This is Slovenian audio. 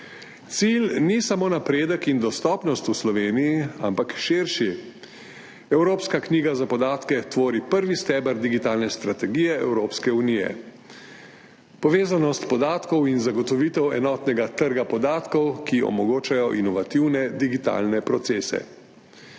Cilj ni samo napredek in dostopnost v Sloveniji, ampak je širši. Evropska knjiga za podatke tvori prvi steber digitalne strategije Evropske unije, povezanost podatkov in zagotovitev enotnega trga podatkov, ki omogočajo inovativne digitalne procese.